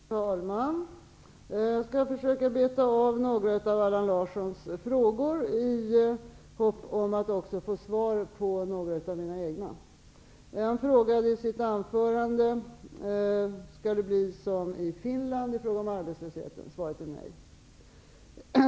Fru talman! Jag skall försöka beta av några av Allan Larssons frågor i hopp om att också få svar på några av mina egna. En fråga han hade i sitt anförande var: Skall det bli som i Finland i fråga om arbetslösheten? Svaret är nej.